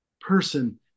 person